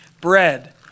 bread